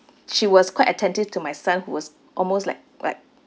she was quite attentive to my son who was almost like like